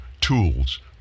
tools